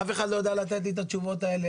אף אחד לא יודע לתת לי את התשובות האלה,